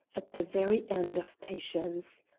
at the very end of patience.